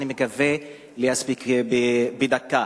אני מקווה להספיק בדקה.